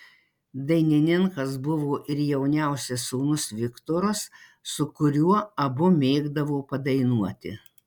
dainininkas buvo ir jauniausias sūnus viktoras su kuriuo abu mėgdavo padainuoti